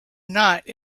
not